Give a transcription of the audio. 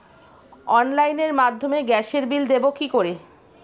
অনলাইনের মাধ্যমে গ্যাসের বিল দেবো কি করে?